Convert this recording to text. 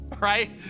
Right